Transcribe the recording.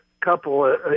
couple